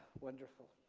wonderful.